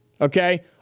okay